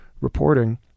reporting